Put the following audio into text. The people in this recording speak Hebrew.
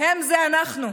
זה אנחנו.